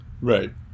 Right